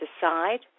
decide